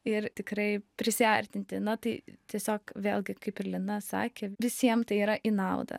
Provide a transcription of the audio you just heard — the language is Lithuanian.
ir tikrai prisiartinti na tai tiesiog vėlgi kaip ir lina sakė visiem tai yra į naudą